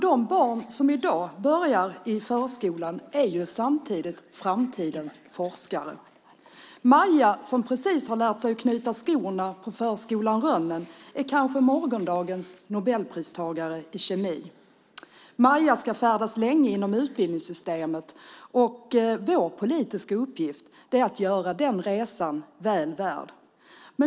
De barn som i dag börjar i förskolan är samtidigt framtidens forskare. Maja som precis har lärt sig att knyta skorna på förskolan Rönnen är kanske morgondagens Nobelpristagare i kemi. Maja ska färdas länge genom utbildningssystemet, och vår politiska uppgift är att göra den resan väl värd.